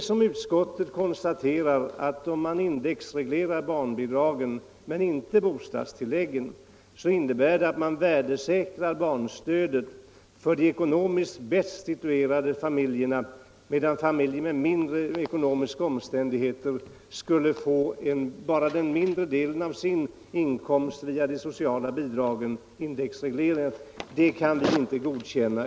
Som utskottet konstaterar är det så, att om man indexreglerar barnbidragen men inte bostadstilläggen, så innebär det att man värdesäkrar barnstödet för de ekonomiskt bäst situerade familjerna, medan familjer med sämre ekonomi bara får den mindre delen av sin inkomst via de sociala bidragen indexreglerad. Ett sådant system kan vi inte godkänna.